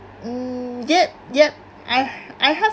mm yup yup I I have